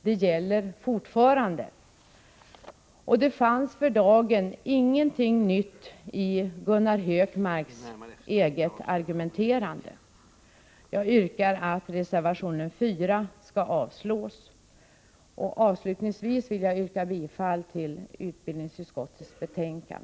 Detta gäller fortfarande, och det fanns ingenting nytt i Gunnar Hökmarks argumentering här i dag. Jag yrkar att reservation 4 skall avslås. Avslutningsvis vill jag yrka bifall till utbildningsutskottets hemställan.